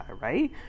right